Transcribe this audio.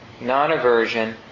non-aversion